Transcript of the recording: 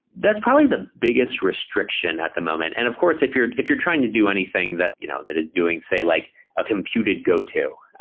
that's probably the biggest restriction at the moment. and of course, if you're if you're trying to do anything that you know that doing, say, like a computed goto.